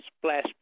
splash